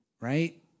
right